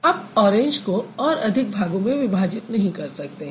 आप ऑरेंज को और अधिक भागों में विभाजित नहीं कर सकते हैं